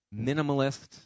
minimalist